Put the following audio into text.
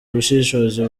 ubushishozi